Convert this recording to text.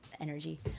energy